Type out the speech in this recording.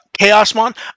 Chaosmon